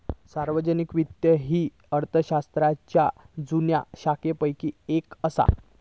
सार्वजनिक वित्त ही अर्थशास्त्राच्या जुन्या शाखांपैकी येक असा